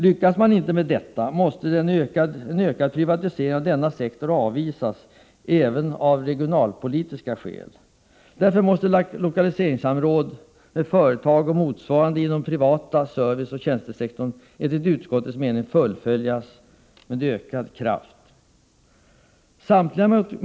Lyckas man inte med detta, måste en ökad privatisering av denna sektor avvisas, även av regionalpolitiska skäl. Därför måste lokaliseringssamråd med företag och motsvarande inom den privata serviceoch tjänstesektorn enligt utskottets mening fullföljas med ökad kraft.